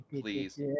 Please